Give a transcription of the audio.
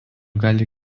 gali